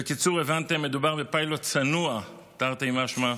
בקיצור, הבנתם, מדובר בפיילוט צנוע, תרתי משמע,